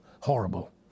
horrible